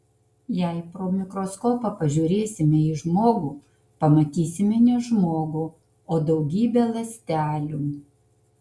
jei pro mikroskopą pažiūrėsime į žmogų pamatysime ne žmogų o daugybę ląstelių